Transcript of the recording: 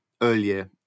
earlier